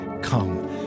Come